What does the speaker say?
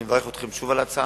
אני מברך אתכם שוב על ההצעה,